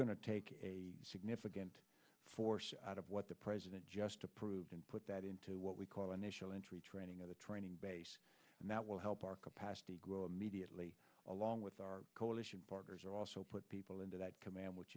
to take a significant force out of what the president just approved and put that into what we call initial entry training at a training base and that will help our capacity grow immediately along with our coalition partners are also put people into that command which